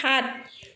সাত